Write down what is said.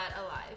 alive